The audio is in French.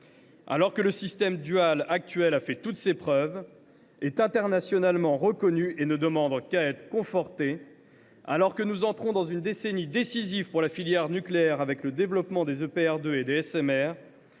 Alors que le système dual actuel a fait toutes ses preuves, est internationalement reconnu et ne demande qu’à être conforté, alors que nous entrons dans une décennie décisive pour la filière nucléaire avec le développement des EPR2 et des SMR,